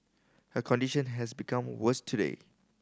her condition has become worse today